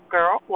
Girl